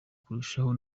kurushaho